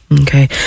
Okay